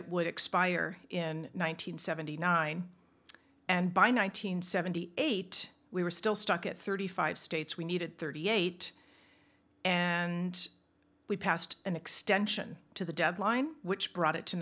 it would expire in one nine hundred seventy nine and by nine hundred seventy eight we were still stuck at thirty five states we needed thirty eight and we passed an extension to the deadline which brought it to